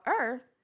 Earth